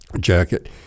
jacket